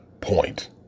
point